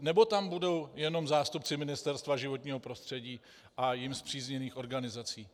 Nebo tam budou jenom zástupci Ministerstva životního prostředí a jím spřízněných organizací?